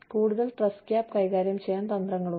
കൂടാതെ trust gap കൈകാര്യം ചെയ്യാൻ തന്ത്രങ്ങളുണ്ട്